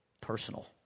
personal